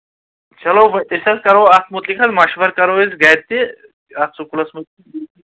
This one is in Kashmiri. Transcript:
چلو أسۍ حظ کَرو اَتھ مُتعلِق حظ مَشوَر کَرو أسۍ گَرِ تہِ اَتھ سکوٗلَس